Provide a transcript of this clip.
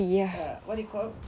err what do you call